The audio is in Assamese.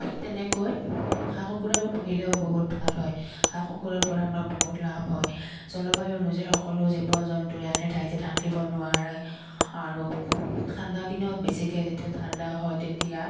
ঠিক তেনেকৈ হাঁহ কুকুৰাবোৰ পুহিলেও বহুত ভাল হয় হাঁহ কুকুৰাৰপৰা আমাৰ বহুত লাভ হয় জলবায়ু অনুযায়ী সকলো জীৱ জন্তু একে ঠাইতে থাকিব নোৱাৰে আৰু ঠাণ্ডা দিনত বেছিকৈ যেতিয়া ঠাণ্ডা হয় তেতিয়া